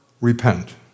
repent